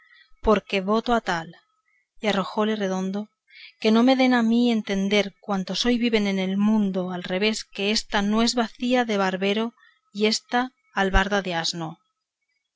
porque voto a tal y arrojóle redondoque no me den a mí a entender cuantos hoy viven en el mundo al revés de que ésta no sea bacía de barbero y ésta albarda de asno